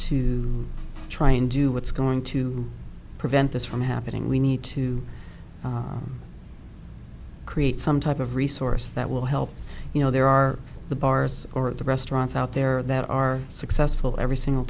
to try and do what's going to prevent this from happening we need to create some type of resource that will help you know there are the bars or the restaurants out there that are successful every single